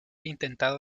intentado